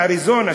באריזונה,